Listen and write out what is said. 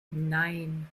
nein